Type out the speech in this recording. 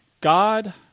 God